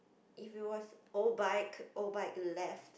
if it was oBike oBike left